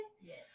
yes